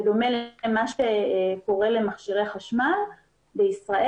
בדומה למכשירי חשמל בישראל,